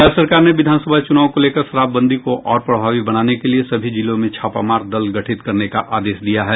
राज्य सरकार ने विधानसभा चुनाव को लेकर शराबबंदी को और प्रभावी बनाने के लिये सभी जिलों में छापामार दल गठित करने का आदेश दिया है